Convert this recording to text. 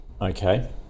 okay